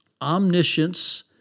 omniscience